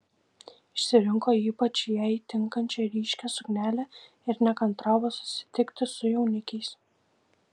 išsirinko ypač jai tinkančią ryškią suknelę ir nekantravo susitikti su jaunikiais